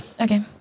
Okay